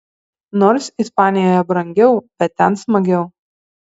nors ispanijoje brangiau bet ten smagiau